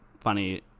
funny